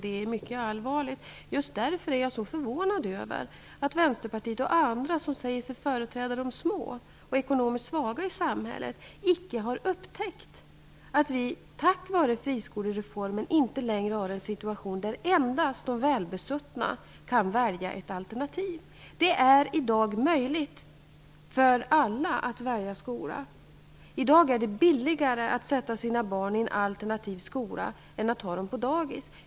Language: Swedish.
Det är mycket allvarligt. Just därför är jag så förvånad över att Vänsterpartiet och andra som säger sig företräda de små och ekonomiskt svaga i samhället icke har upptäckt att vi, tack vare friskolereformen, inte längre har en situation där endast de välbesuttna kan välja ett alternativ. Det är i dag möjligt för alla att välja skola. I dag är det billigare att sätta sina barn i en alternativ skola än att ha dem på dagis.